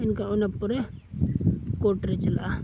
ᱮᱱᱠᱷᱟᱱ ᱚᱱᱟ ᱯᱚᱨᱮ ᱠᱳᱨᱴ ᱨᱮ ᱪᱟᱞᱟᱜᱼᱟ